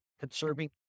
conserving